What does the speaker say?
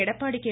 Edappadi K